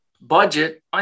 budget